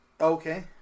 Okay